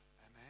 Amen